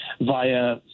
via